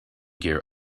gear